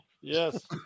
yes